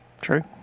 true